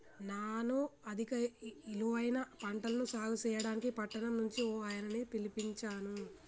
నాను అధిక ఇలువైన పంటలను సాగు సెయ్యడానికి పట్టణం నుంచి ఓ ఆయనని పిలిపించాను